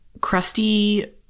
crusty